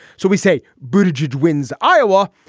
so we say boobage wins iowa.